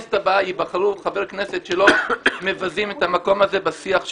שבכנסת הבאה ייבחרו חברי כנסת שלא מבזים את המקום הזה בשיח שלהם,